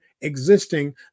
existing